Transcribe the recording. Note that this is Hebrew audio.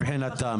מבחינתם.